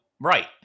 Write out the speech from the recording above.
Right